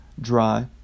dry